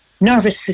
nervous